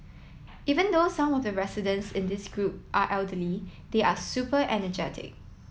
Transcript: even though some of the residents in this group are elderly they are super energetic